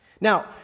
Now